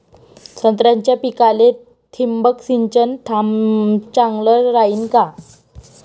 संत्र्याच्या पिकाले थिंबक सिंचन चांगलं रायीन का?